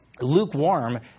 lukewarm